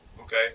Okay